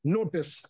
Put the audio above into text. Notice